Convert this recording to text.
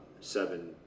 seven